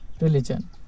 religion